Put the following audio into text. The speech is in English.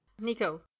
Nico